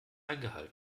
eingehalten